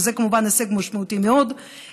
שזה כמובן הישג משמעותי מאוד,